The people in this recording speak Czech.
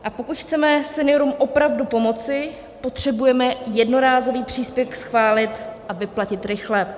A pokud chceme seniorům opravdu pomoci, potřebujeme jednorázový příspěvek schválit a vyplatit rychle.